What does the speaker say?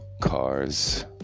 cars